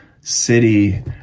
city